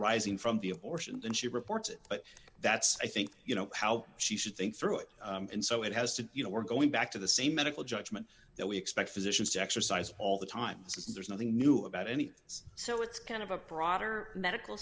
rising from the abortion and she reports it but that's i think you know how she should think through it and so it has to you know we're going back to the same medical judgment that we expect physicians to exercise all the time because there's nothing new about any so it's kind of a proper medical